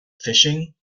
fishing